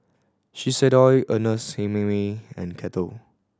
Shiseido Ernest Hemingway and Kettle